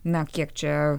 na kiek čia